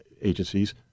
agencies